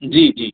जी जी